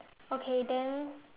okay then